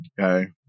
Okay